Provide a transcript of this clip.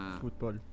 Football